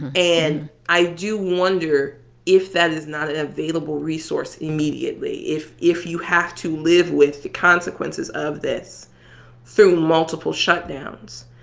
and i do wonder if that is not an available resource immediately if if you have to live with the consequences of this through multiple shutdowns,